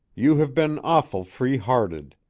you have ben awful free-hearted.